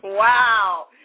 Wow